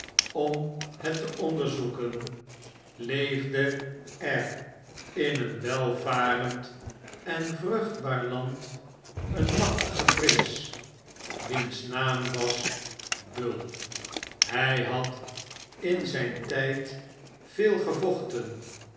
om het te onderzoeken leefde er in een welvarend en vruchtbaar land een machtige prins wiens naam was bull hy had in zp tyd veel gevochten